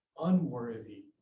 unworthy